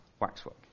waxwork